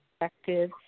effective